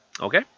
Okay